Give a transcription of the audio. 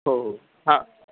हो हो हां